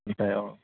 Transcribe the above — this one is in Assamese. অঁ